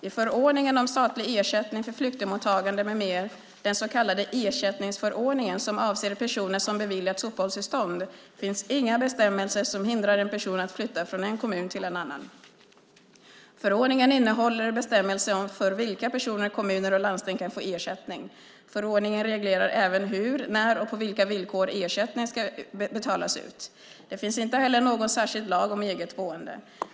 I förordningen om statlig ersättning för flyktingmottagande med mera - den så kallade ersättningsförordningen som avser personer som beviljats uppehållstillstånd - finns inga bestämmelser som hindrar en person att flytta från en kommun till en annan. Förordningen innehåller bestämmelser om för vilka personer kommuner och landsting kan få ersättning. Förordningen reglerar även hur, när och på vilka villkor ersättning ska betalas ut. Det finns inte heller någon särskild lag om eget boende.